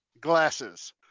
glasses